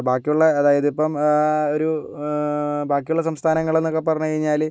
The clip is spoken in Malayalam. ബാക്കിയുള്ള അതായതിപ്പം ഒരു ബാക്കിയുള്ള സംസ്ഥാനങ്ങളെന്നൊക്കെ പറഞ്ഞ് കഴിഞ്ഞാല്